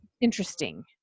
Interesting